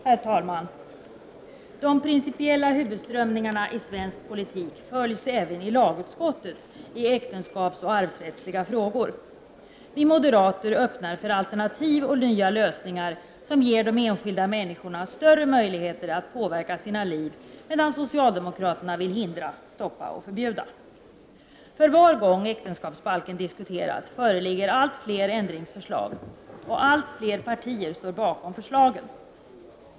Herr talman! De principiella huvudströmningarna i svensk politik följs även i lagutskottet i äktenskapsoch arvsrättsliga frågor. Vi moderater öppnar för alternativ och nya lösningar, som ger de enskilda människorna större möjligheter att påverka sina liv, medan socialdemokraterna vill hindra, stoppa och förbjuda. För var gång äktenskapsbalken diskuteras föreligger allt fler ändringsförslag, och allt fler partier står bakom förslagen.